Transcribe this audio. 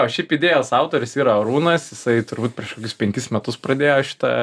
o šiaip idėjos autorius yra arūnas jisai turbūt prieš kokius penkis metus pradėjo šitą